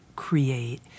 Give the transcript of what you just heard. create